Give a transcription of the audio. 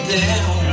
down